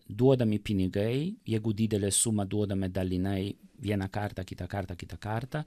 duodami pinigai jeigu didelė suma duodame dalinai vieną kartą kitą kartą kitą kartą